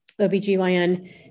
OBGYN